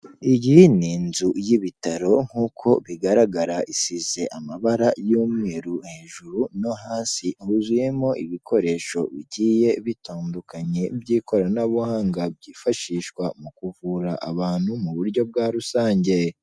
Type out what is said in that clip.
Iyi ni inzu y'ibitaro nk'uko bigaragara isize amabara y'umweru hejuru no hasi, huzuyemo ibikoresho bigiye bitandukanye by'ikoranabuhanga, byifashishwa mu kuvura abantu mu buryo bwa rusange.